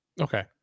Okay